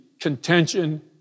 contention